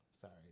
Sorry